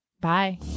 Bye